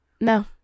No